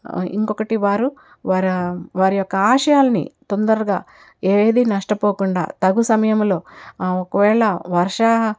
ఇంకొకటి వారు వారి వారి యొక్క ఆశయాలని తొందరగా ఏది నష్టపోకుండా తగు సమయంలో ఒకవేళ వర్ష